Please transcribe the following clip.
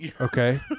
Okay